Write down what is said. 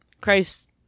Christ